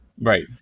right